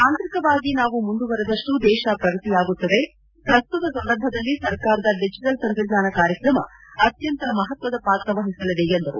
ತಾಂತ್ರಿಕವಾಗಿ ನಾವು ಮುಂದುವರೆದಷ್ಟೂ ದೇಶ ಪ್ರಗತಿಯಾಗುತ್ತದೆ ಪ್ರಸ್ತುತ ಸಂದರ್ಭದಲ್ಲಿ ಸರ್ಕಾರದ ದಿಜಿಟಲ್ ತಂತ್ರಜ್ಞಾನ ಕಾರ್ಯಕ್ರಮ ಅತ್ಯಂತ ಮಹತ್ವದ ಪಾತ್ರ ವಹಿಸಲಿದೆ ಎಂದರು